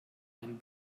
ein